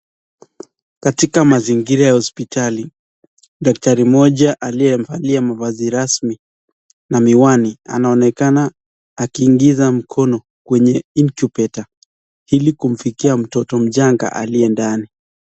Katika mazingira ya hospitali daktari moja aliye mafasi rasmi miwani anaonekana akiingiza mkono kwenye ingupeta hili kumfukia mto mchanga aliye ndani.